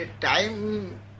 Time